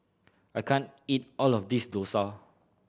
I can't eat all of this dosa